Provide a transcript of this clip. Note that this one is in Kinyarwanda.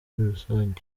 rusange